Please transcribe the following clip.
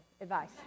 advice